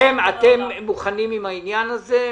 אתם מוכנים עם העניין הזה,